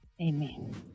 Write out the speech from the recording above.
Amen